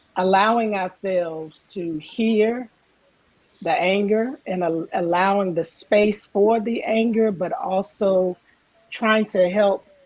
allowing ourselves to hear the anger and um allowing the space for the anger, but also trying to help